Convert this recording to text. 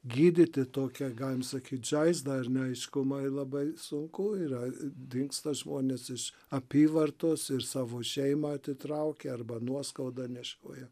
gydyti tokią galim sakyti žaizdą ar neaiškumą ir labai sunku yra dingsta žmonės iš apyvartos ir savo šeimą atitraukia arba nuoskaudą nešioja